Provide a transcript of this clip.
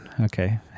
Okay